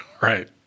Right